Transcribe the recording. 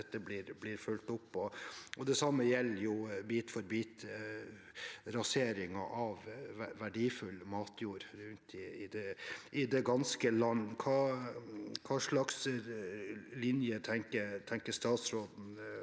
det blir fulgt opp. Det samme gjelder bit-for-bit-raseringen av verdifull matjord ute i det ganske land. Hvilken linje tenker statsråden